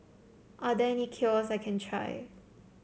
are there any cure I can try